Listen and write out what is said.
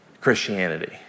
Christianity